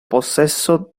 possesso